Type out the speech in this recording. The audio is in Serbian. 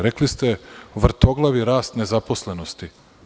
Rekli ste – vrtoglavi rast nezaposlenosti.